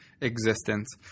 existence